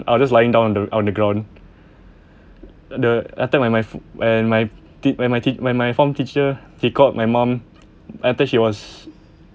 I will just lying down on the on the ground the that time when my when my tea~ when my form teacher he called my mom after she was